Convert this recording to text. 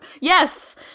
yes